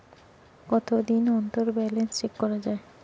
কতদিন অন্তর balance check করা য়ায়?